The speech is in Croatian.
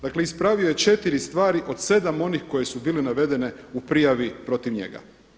Dakle, ispravio je 4 stvari od 7 onih koje su bile navedene u prijavi protiv njega.